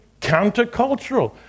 countercultural